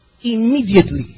Immediately